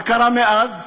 מה קרה מאז?